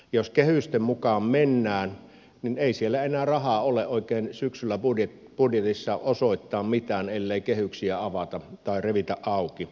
jos kehysten mukaan mennään niin ei siellä enää rahaa ole oikein syksyllä budjetissa osoittaa mitään ellei kehyksiä avata tai revitä auki